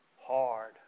hard